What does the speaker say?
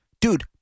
dude